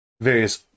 various